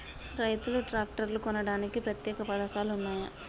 రైతులు ట్రాక్టర్లు కొనడానికి ప్రత్యేక పథకాలు ఉన్నయా?